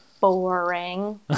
boring